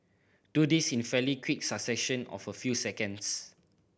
do this in fairly quick succession of a few seconds